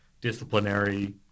disciplinary